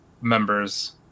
members